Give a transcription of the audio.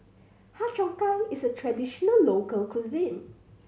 Har Cheong Gai is a traditional local cuisine